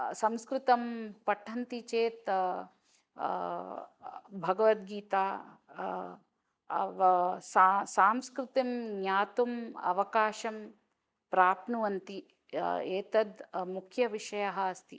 संस्कृतं पठन्ति चेत् भगवद्गीता अ व सा संस्कृतिं ज्ञातुम् अवकाशं प्राप्नुवन्ति एतद् मुख्यः विषयः अस्ति